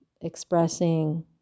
expressing